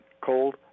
cold